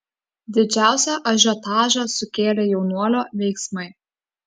didžiausią ažiotažą sukėlė jaunuolio veiksmai